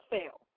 Fail